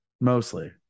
mostly